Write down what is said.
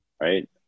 right